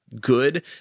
good